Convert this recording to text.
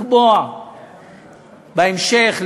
בהמשך,